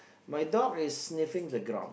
my dog is sniffing the ground